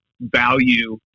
value